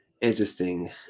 interesting